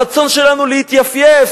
הרצון שלנו להתייפייף.